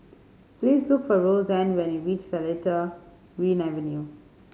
please look for Roseann when you reach Seletar Green Avenue